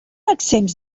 exempts